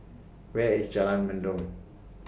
Where IS Jalan Mendong